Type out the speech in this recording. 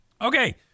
Okay